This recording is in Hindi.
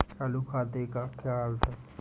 चालू खाते का क्या अर्थ है?